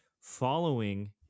following